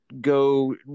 go